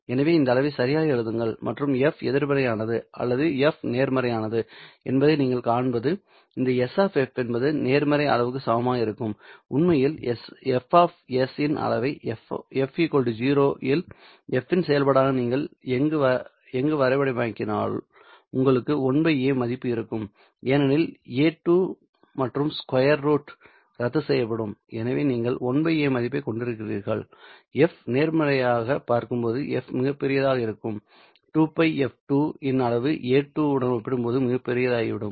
எனவே இந்த அளவை சரியாக எழுதுங்கள் மற்றும் f எதிர்மறையானது அல்லது f நேர்மறையானது என்பதை நீங்கள் காண்பது இந்த S எப்போதும் நேர்மறை அளவுக்கு சமமாக இருக்கும் உண்மையில் f இன் அளவை f 0 இல் f இன் செயல்பாடாக நீங்கள் எங்கு வரைபடமாக்கினால் உங்களுக்கு 1 a மதிப்பு இருக்கும் ஏனெனில் a2 மற்றும் ஸ்கொயர் ரூட் ரத்துசெய்யப்படும் எனவே நீங்கள் 1 a மதிப்பைக் கொண்டிருக்கிறீர்கள் f நேர்மறையாக இருக்கும்போது f மிகப் பெரியதாக இருக்கும்போது 2Πf2 இந்த அளவு a2 உடன் ஒப்பிடும்போது மிகப் பெரியதாகிவிடும்